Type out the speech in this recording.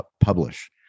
publish